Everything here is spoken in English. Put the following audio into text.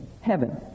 heaven